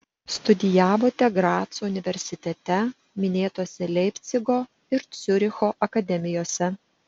studijavote graco universitete minėtose leipcigo ir ciuricho akademijose